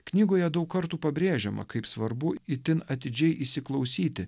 knygoje daug kartų pabrėžiama kaip svarbu itin atidžiai įsiklausyti